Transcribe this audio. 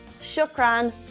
shukran